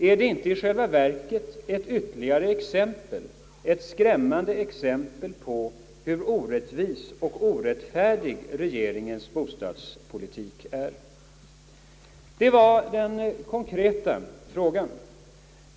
Är det inte i själva verket ytterligare ett exempel — ett skrämmande exempel — på hur orättvis och orättfärdig regeringens bostadspolitik är? Det var den konkreta frågan.